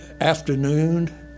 afternoon